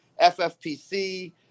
FFPC